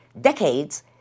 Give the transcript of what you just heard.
decades